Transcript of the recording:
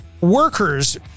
workers